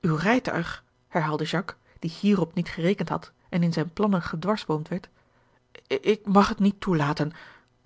uw rijtuig herhaalde jacques die hierop niet gerekend had en in zijne plannen gedwarsboomd werd ik mag het niet toelaten